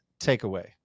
takeaway